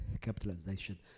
capitalization